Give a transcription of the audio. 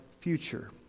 future